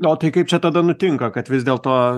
o tai kaip čia tada nutinka kad vis dėlto